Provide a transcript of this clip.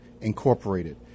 Incorporated